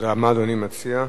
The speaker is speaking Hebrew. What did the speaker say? מה אדוני מציע?